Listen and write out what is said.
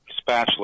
spatula